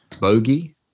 bogey